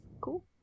cool